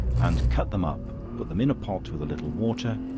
and cut them up, put them in a pot with a little water,